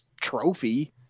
trophy